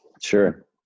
Sure